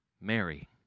Mary